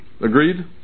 Agreed